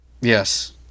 Yes